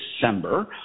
December